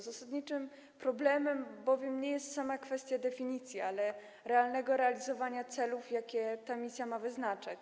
Zasadniczym problemem bowiem jest nie sama kwestia definicji, ale realnego realizowania celów, jakie ta misja ma wyznaczać.